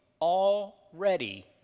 already